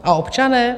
A občané?